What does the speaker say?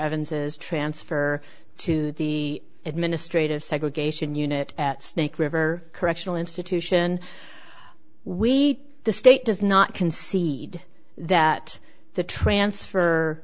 evans's transfer to the administrative segregation unit at snake river correctional institution we the state does not concede that the transfer